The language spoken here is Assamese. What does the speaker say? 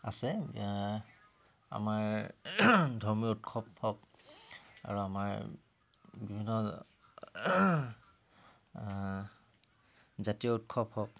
আছে আমাৰ ধৰ্মীয় উৎসৱ হওক আৰু আমাৰ বিভিন্ন জাতীয় উৎসৱ হওক